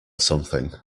something